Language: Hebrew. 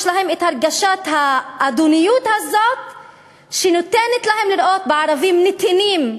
להם את הרגשת האדנות הזאת שנותנת להם לראות בערבים נתינים,